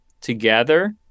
together